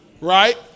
right